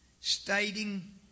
stating